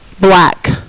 black